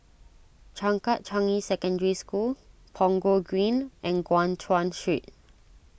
Changkat Changi Secondary School Punggol Green and Guan Chuan Street